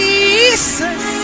Jesus